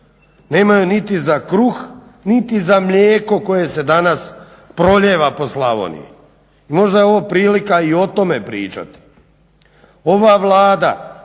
nemaju niti za kruh niti za mlijeko koje se danas prolijeva po Slavoniji. Možda je ovo prilika i o tome pričati. Ova Vlada